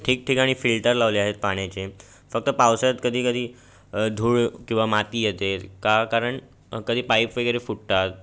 ठिकठिकाणी फिल्टर लावले आहेत पाण्याचे फक्त पावसाळ्यात कधी कधी धूळ किंवा माती येते का कारण कधी पाईप वगैरे फुटतात